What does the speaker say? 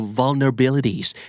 vulnerabilities